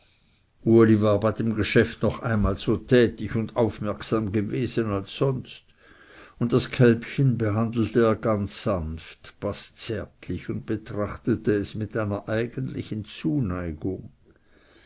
bei dem geschäft noch einmal so tätig und aufmerksam gewesen als sonst und das kälbchen behandelte er ganz sanft fast zärtlich und betrachtete es mit einer eigentlichen zuneigung